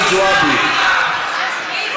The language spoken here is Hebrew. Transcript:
כשבשבוע שעבר ניגש אליה מנהל בית-הספר בחצר המוסד,